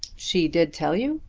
she did tell you?